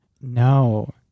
No